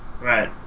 Right